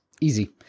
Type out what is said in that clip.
Easy